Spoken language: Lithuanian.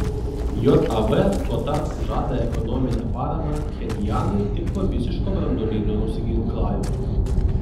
jav tuo tarpu žada ekonominę paramą pchenjanui tik po visiško branduolinio nusiginklavimo